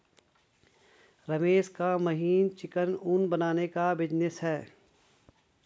रमेश का महीन चिकना ऊन बनाने का बिजनेस है